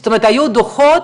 זאת אומרת היו דוחות